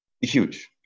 Huge